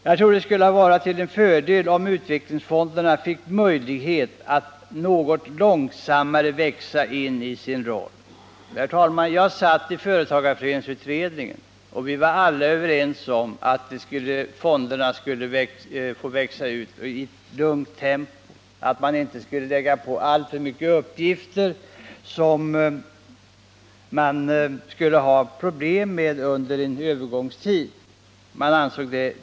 Jag tror det skulle vara till fördel om utvecklingsfonderna fick möjlighet att något långsammare växa in i sin roll. Herr talman! Jag satt i företagarföreningsutredningen. Där var vi alla överens om att fonderna skulle få växa ut i lugnt tempo, att man inte skulle lägga på dem alltför många uppgifter som de skulle ha problem med under en övergångstid.